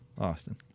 Austin